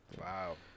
Wow